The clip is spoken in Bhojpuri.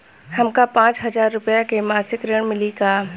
हमका पांच हज़ार रूपया के मासिक ऋण मिली का?